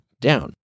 down